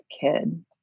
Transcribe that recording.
kid